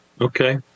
Okay